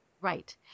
Right